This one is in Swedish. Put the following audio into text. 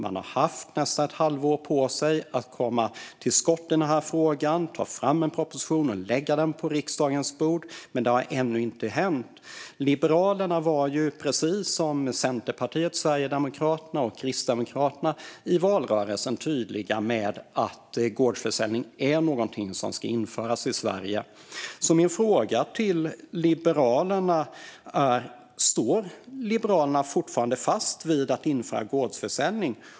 Man har haft nästan ett halvår på sig att komma till skott i den här frågan och ta fram en proposition och lägga den på riksdagens bord, men det har ännu inte hänt. Liberalerna var ju, precis som Centerpartiet, Sverigedemokraterna och Kristdemokraterna, tydliga i valrörelsen med att gårdsförsäljning är någonting som ska införas i Sverige. Min fråga till Liberalerna är: Står Liberalerna fortfarande fast vid att införa gårdsförsäljning?